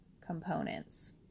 components